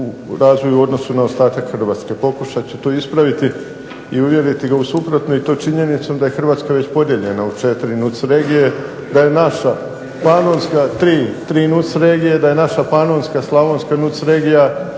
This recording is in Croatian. razvoju u odnosu na ostatak Hrvatske. Pokušat ću to ispraviti i uvjeriti ga u suprotno i to činjenicom da je Hrvatska već podijeljena u četiri NUC regije, da je naša panonska, 3 NUC regije, da je naša panonska, slavonska NUC regija